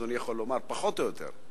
אדוני יכול לומר פחות או יותר?